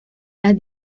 las